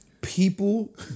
people